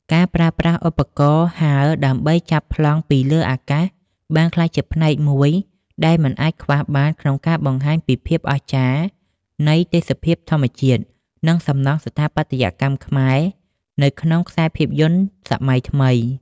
ការប្រើប្រាស់ឧបករណ៍ហើរដើម្បីចាប់ប្លង់ពីលើអាកាស បានក្លាយជាផ្នែកមួយដែលមិនអាចខ្វះបានក្នុងការបង្ហាញពីភាពអស្ចារ្យនៃទេសភាពធម្មជាតិ និងសំណង់ស្ថាបត្យកម្មខ្មែរនៅក្នុងខ្សែភាពយន្តសម័យថ្មី។